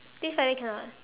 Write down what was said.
this Friday cannot